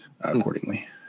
accordingly